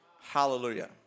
Hallelujah